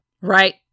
Right